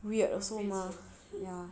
浪费钱